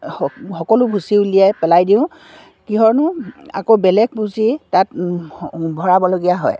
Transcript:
স সকলো ভুচি উলিয়াই পেলাই দিওঁ কিয়নো আকৌ বেলেগ ভুচি তাত ভৰাবলগীয়া হয়